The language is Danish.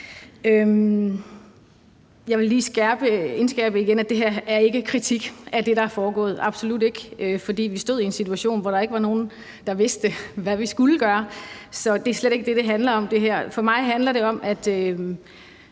igen indskærpe, at det her ikke er kritik af det, der er foregået, absolut ikke, for vi stod i en situation, hvor der ikke var nogen, der vidste, hvad vi skulle gøre, så det er slet ikke det, det her handler om. For mig handler det om, at